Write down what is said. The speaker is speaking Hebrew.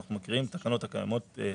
אנחנו מקריאים את התקנות הקיימות שיש.